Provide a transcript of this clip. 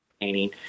painting